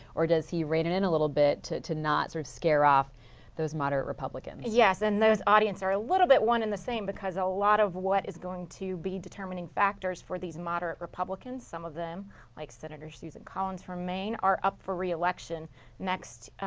or does he rein it in a little bit to to not sort of scare off those moderate republicans? yes, and the audience are a little bit one in the same because a lot of what is going to be determining factors for these moderate republicans, some of them like senator steven collins from maine are up for reelection next,